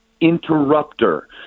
interrupter